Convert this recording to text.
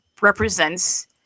represents